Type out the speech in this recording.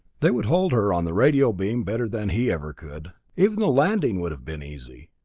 they would hold her on the radio beam better than he ever could. even the landing would have been easy.